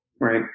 right